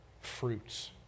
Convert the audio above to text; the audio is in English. fruits